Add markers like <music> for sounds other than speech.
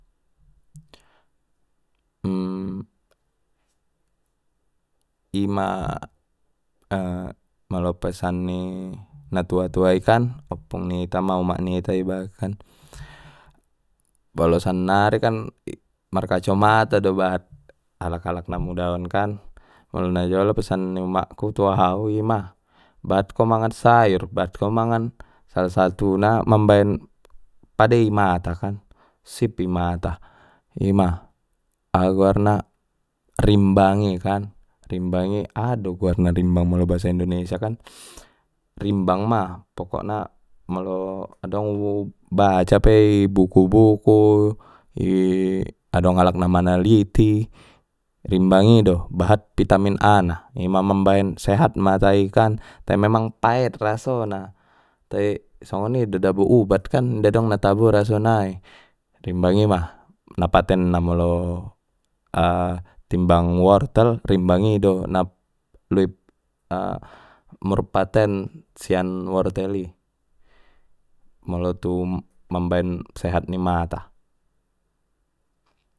<hesitation> ima <hesitation> molo pesan ni na tua-tua i kan oppung nita ma umak nita iba kan molo sannari kan markacomata do bahat alak-alak na muda on kan molo na jolo pesan ni umakku tu au ima bahat ko mangan sayur bahatko mangan salah satu na mambaen pade i mata kan sip i mata ima aha goarna rimbang i kan aha do goarna rimbang molo bahasa indonesia kan rimbang ma pokokna molo adong u baca pe i buku-buku i adong alak na manaliti rimbang i do bahat vitamin a na ima mambaen sehat mata i kan te memang paet rasona tai songoni do dabo ubat kan inda dong na tabo raso nai rimbang i ma na patenna molo a timbang wortel rimbang i do na <unintelligible> mur paten sian wortel i molo tu mambaen sehat ni mata.